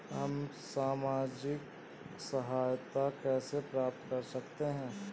हम सामाजिक सहायता कैसे प्राप्त कर सकते हैं?